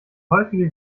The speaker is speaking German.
häufige